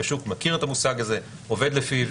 השוק מכיר את המושג הזה, עובד לפיו.